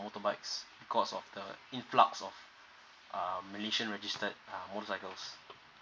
motorbikes because of the influx of um malaysian registered uh motorcycles